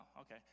Okay